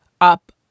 up